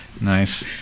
Nice